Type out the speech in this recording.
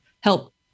help